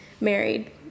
married